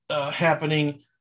happening